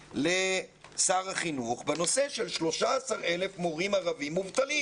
לשר החינוך בנושא של 13,000 מורים ערבים מובטלים.